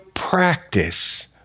practice